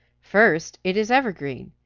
first, it is evergreen.